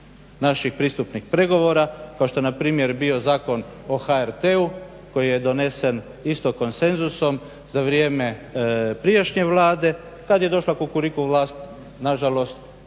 naših pristupnih pregovora kao što je npr. bio Zakon o HRT-u koji je donesen isto konsenzusom za vrijeme prijašnje Vlade. Kad je došla Kukuriku vlast nažalost